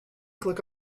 click